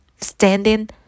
standing